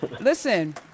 listen